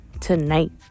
tonight